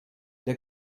der